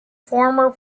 former